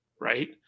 right